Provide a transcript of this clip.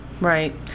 Right